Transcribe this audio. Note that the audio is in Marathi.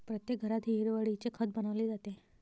प्रत्येक घरात हिरवळीचे खत बनवले जाते